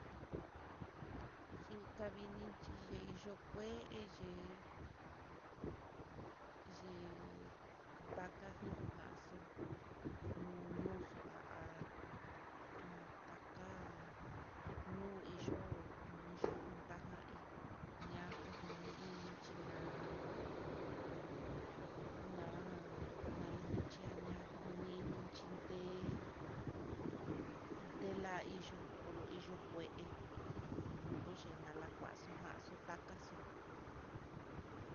Xunxavinichi yei yo'o kué yee, yee akanujaxo nuu ñoxo ha a nutaka, nuu iyo'o iinyu untaja hí ña'a kujuniini, xhina na'a nalia jania kuyon niini ninchi tée tela hiyo'o color hí kué moloxhi nalakuaxo janxo takaxo'o.